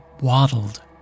waddled